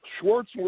Schwartz